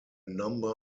number